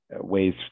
ways